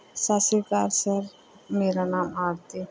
ਸਤਿ ਸ੍ਰੀ ਅਕਾਲ ਸਰ ਮੇਰਾ ਨਾਮ ਆਰਤੀ